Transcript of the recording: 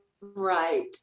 Right